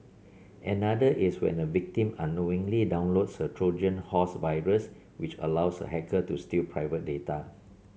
another is when a victim unknowingly downloads a Trojan horse virus which allows a hacker to steal private data